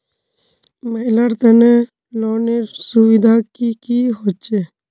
महिलार तने लोनेर सुविधा की की होचे?